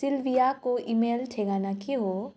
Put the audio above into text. सिल्भियाको email ठेगाना के हो